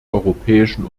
europäischen